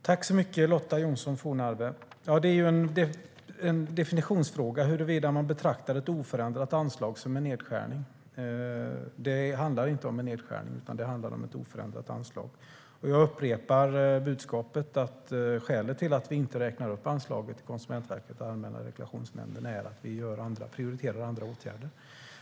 Fru talman! Det är en definitionsfråga huruvida man betraktar ett oförändrat anslag som en nedskärning, Lotta Johnsson Fornarve. Det handlar inte om en nedskärning, utan det handlar om ett oförändrat anslag. Jag upprepar budskapet: Skälet till att vi inte räknar upp anslaget till Konsumentverket och Allmänna reklamationsnämnden är att vi prioriterar andra åtgärder.